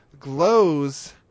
Glows